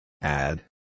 Add